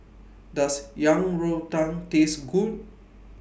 Does Yang Rou Tang Taste Good